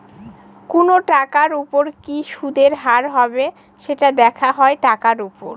কোনো টাকার উপর কি সুদের হার হবে, সেটা দেখা হয় টাকার উপর